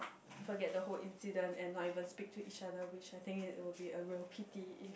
forget the whole incident and not even speak to each other which I think it will be a real pity if